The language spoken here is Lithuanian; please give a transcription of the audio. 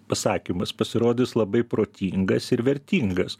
pasakymas pasirodys labai protingas ir vertingas